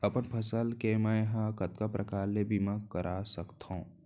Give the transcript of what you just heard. अपन फसल के मै ह कतका प्रकार ले बीमा करा सकथो?